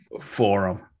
Forum